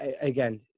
Again